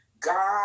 God